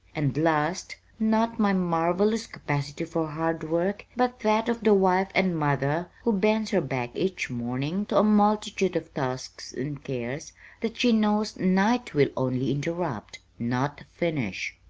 and last, not my marvelous capacity for hard work, but that of the wife and mother who bends her back each morning to a multitude of tasks and cares that she knows night will only interrupt not finish.